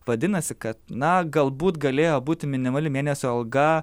vadinasi kad na galbūt galėjo būti minimali mėnesio alga